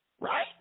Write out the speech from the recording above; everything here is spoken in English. right